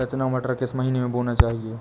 रचना मटर किस महीना में बोना चाहिए?